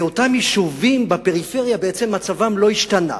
ואותם יישובים בפריפריה, בעצם מצבם לא השתנה.